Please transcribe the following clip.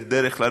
בדרך כלל,